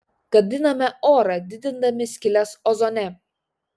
gadiname orą didindami skyles ozone